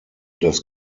das